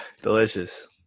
delicious